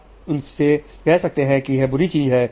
आप उनसे कह सकते हैं कि यह बुरी चीज है